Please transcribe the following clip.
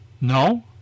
No